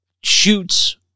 shoots